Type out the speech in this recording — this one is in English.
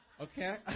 Okay